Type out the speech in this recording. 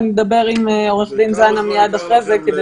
אני אדבר עם עורך דין זנה מיד לאחר מכן כדי